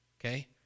Okay